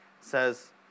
says